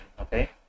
okay